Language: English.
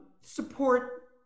support